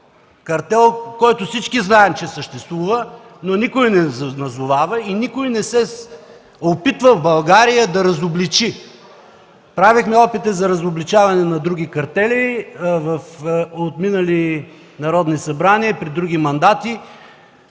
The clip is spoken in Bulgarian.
картел, който всички знаем, че съществува, но никой не назовава и никой в България не се опитва да разобличи. Правехме опити за разобличаване на други картели в минали народни събрания, при други мандати.